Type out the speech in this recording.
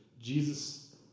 Jesus